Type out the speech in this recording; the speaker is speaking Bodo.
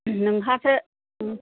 नोंहासो